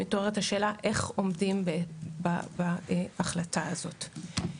מתעוררת השאלה איך עומדים בהחלטה הזאת.